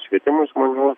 švietimui žmonių